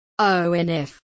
ONF